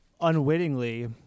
unwittingly